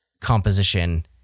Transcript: composition